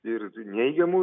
ir neigiamų